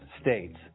states